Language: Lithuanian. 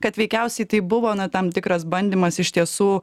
kad veikiausiai tai buvo tam tikras bandymas iš tiesų